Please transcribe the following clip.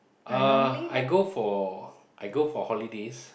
uh I go for I go for holidays